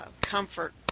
comfort